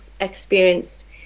experienced